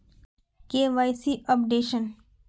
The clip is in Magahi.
KYC updation?